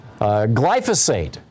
Glyphosate